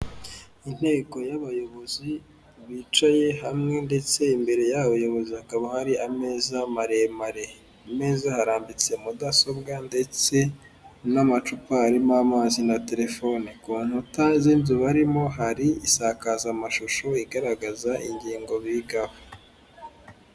Inteko y'abayobozi bicaye hamwe ndetse imbere y'abayobozi hakaba hari ameza maremare, ku meza harambitse mudasobwa ndetse n'amacupa harimo amazi na telefone ku nkuta utazi z'inzu barimo hari isakaza amashusho igaragaza ingingo bigaho.